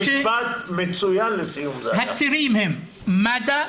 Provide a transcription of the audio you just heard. הצירים הם מד"א